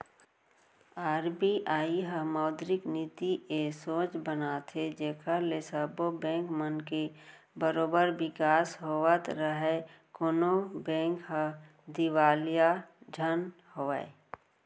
RBI ह मौद्रिक नीति ए सोच बनाथे जेखर ले सब्बो बेंक मन के बरोबर बिकास होवत राहय कोनो बेंक ह दिवालिया झन होवय